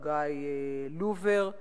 חגי לובר,